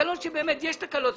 באמת יש תקלות.